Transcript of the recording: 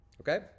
Okay